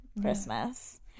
Christmas